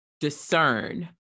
discern